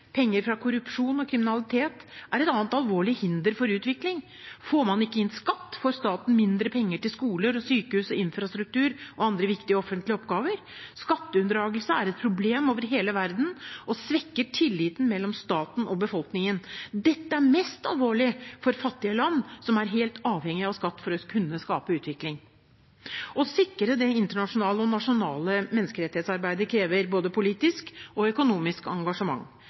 penger fra korrupsjon og kriminalitet, er et annet alvorlig hinder for utvikling. Får man ikke inn skatt, får staten mindre penger til skoler, sykehus, infrastruktur og andre viktige offentlige oppgaver. Skatteunndragelse er et problem over hele verden og svekker tilliten mellom staten og befolkningen. Dette er mest alvorlig for fattige land, som er helt avhengig av skatt for å kunne skape utvikling. Å sikre det internasjonale og nasjonale menneskerettighetsarbeidet krever både politisk og økonomisk engasjement.